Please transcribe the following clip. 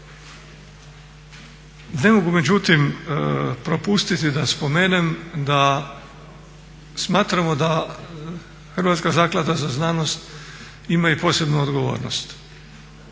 Ne mogu međutim propustiti da spomenem da smatramo da Hrvatska zaklada za znanost ima i posebnu odgovornost.